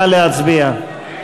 נא להצביע.